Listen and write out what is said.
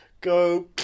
go